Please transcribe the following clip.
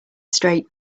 straight